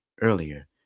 earlier